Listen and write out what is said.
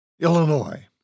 Illinois